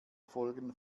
folgen